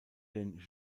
den